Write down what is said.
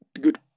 good